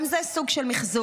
גם זה סוג של מחזור.